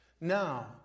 Now